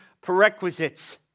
prerequisites